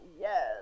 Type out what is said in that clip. Yes